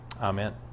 Amen